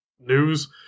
news